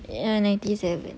ya ninety seven